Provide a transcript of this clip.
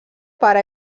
pare